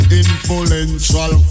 influential